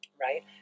right